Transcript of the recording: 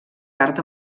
tard